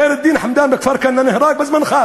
חיר דין חמדאן בכפר-כנא נהרג בזמנך,